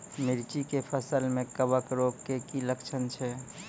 मिर्ची के फसल मे कवक रोग के की लक्छण छै?